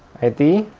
id,